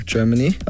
Germany